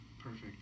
Perfect